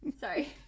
sorry